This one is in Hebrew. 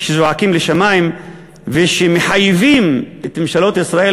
שזועקים לשמים ומחייבים את ממשלות ישראל,